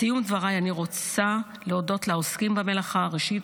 בסיום דבריי אני רוצה להודות לעוסקים במלאכה: ראשית,